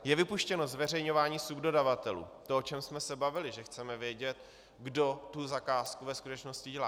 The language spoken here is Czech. Je vypuštěno zveřejňování subdodavatelů, to, o čem jsme se bavili, že chceme vědět, kdo tu zakázku ve skutečnosti dělá.